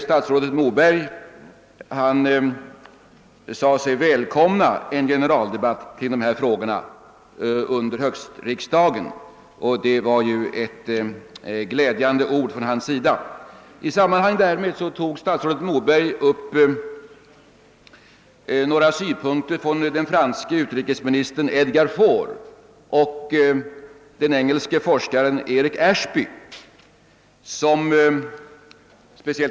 Statsrådet Moberg sade sig välkomna en generaldebatt i dessa frågor under höstriksdagen, och det var ju ett glädjande uttalande från hans sida. I detta sammanhang tog statsrådet Moberg upp några synpunkter av den franske utrikesministern Edgar Faure och den engelske forskaren sir Eric Ashby.